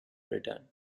britain